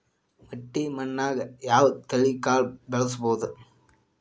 ಮಟ್ಟಿ ಮಣ್ಣಾಗ್, ಯಾವ ತಳಿ ಕಾಳ ಬೆಳ್ಸಬೋದು?